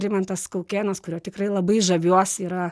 rimantas kaukėnas kuriuo tikrai labai žaviuosi yra